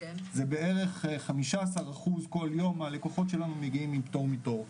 זה בערך 15% מהלקוחות שלנו שמגיעים עם פטור מתור.